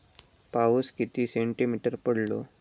पाऊस किती सेंटीमीटर पडलो?